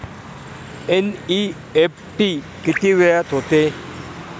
NEFT किती वेळात होते?